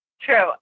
True